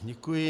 Děkuji.